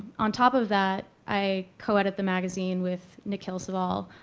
on top of that, i co-edit the magazine with nickil saval.